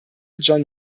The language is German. john